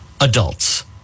adults